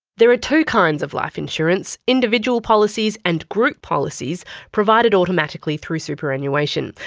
there are two kinds of life insurance individual policies and group policies provided automatically through superannuation.